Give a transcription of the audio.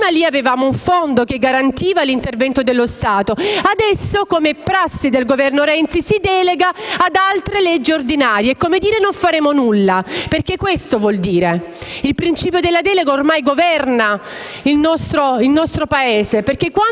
Prima avevamo infatti un fondo, che garantiva l'intervento dello Stato, ma adesso, come è prassi del Governo Renzi, si delega ad altre leggi ordinarie, che è come dire che non si farà nulla. Questo vuol dire ciò. Il principio della delega ormai governa il nostro Paese,